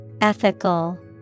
Ethical